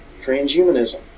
Transhumanism